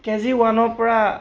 কে G ওৱানৰ পৰা